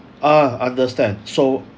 ah understand so